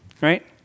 right